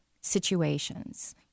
situations